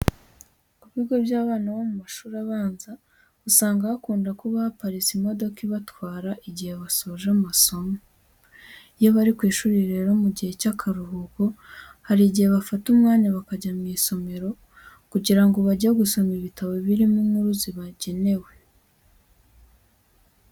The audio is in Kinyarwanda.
Ku bigo by'abana bo mu mashuri abanza usanga hakunda kuba haparitse imodoka ibatwara igihe basoje amasomo. Iyo bari ku ishuri rero mu gihe cy'akaruhuko, hari igihe bafata umwanya bakajya mu isomero kugira ngo bajye gusoma ibitabo birimo inkuru zibagenewe.